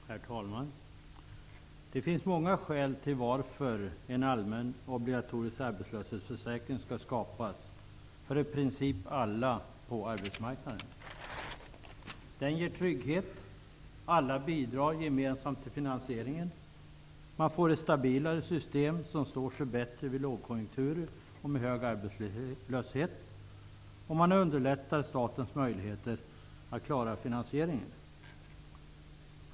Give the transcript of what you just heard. Herr talman! Det finns många skäl till varför man skall skapa en allmän obligatorisk arbetslöshetsförsäkring för i princip alla på arbetsmarknaden. En sådan försäkring ger trygghet. Alla bidrar gemensamt till finansieringen. Det blir ett stabilare system som står sig bättre vid lågkonjunkturer med hög arbetslöshet, och det underlättar statens möjligheter att klara finansieringen.